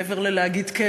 מעבר ללהגיד כן.